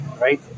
right